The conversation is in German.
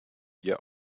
ihr